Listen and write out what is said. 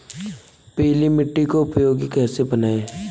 पीली मिट्टी को उपयोगी कैसे बनाएँ?